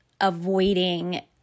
avoiding